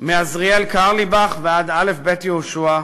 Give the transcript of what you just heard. מעזריאל קרליבך ועד א"ב יהושע,